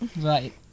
Right